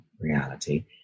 reality